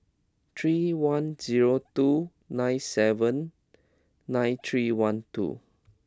three one zero two nine seven nine three one two